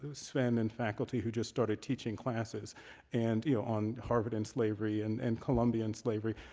sven, in faculty who just started teaching classes and you know on harvard and slavery and and colombian slavery.